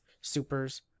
supers